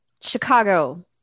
Chicago